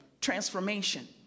transformation